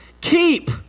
keep